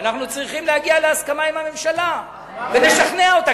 ואנחנו צריכים להגיע להסכמה עם הממשלה ולשכנע אותה,